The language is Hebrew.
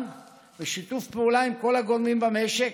בשיתוף פעולה עם כל הגורמים במשק,